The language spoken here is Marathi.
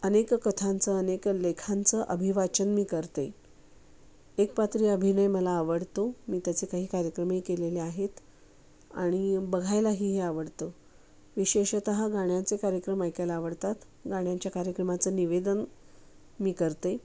अनेक कथांचं अनेक लेखांचं अभिवाचन मी करते एकपात्री अभिनय मला आवडतो मी त्याचे काही कार्यक्रमही केलेले आहेत आणि बघायलाही हे आवडतं विशेषतः गाण्याचे कार्यक्रम ऐकायला आवडतात गाण्यांच्या कार्यक्रमाचं निवेदन मी करते